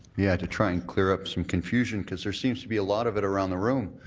yeah, to try and clear up some confusion because there seems to be a lot of it around the room.